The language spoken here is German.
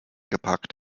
gepackt